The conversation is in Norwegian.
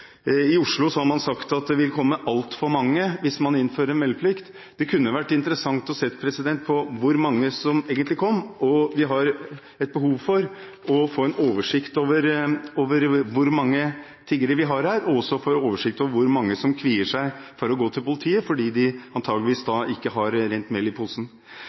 I Oslo har man sagt at det vil komme altfor mange hvis man innfører meldeplikt. Det kunne vært interessant å se på hvor mange som egentlig ville kommet. Vi har behov for å få en oversikt over hvor mange tiggere vi har her, og også få en oversikt over hvor mange som kvier seg for å gå til politiet – fordi de antakeligvis ikke har rent mel i posen.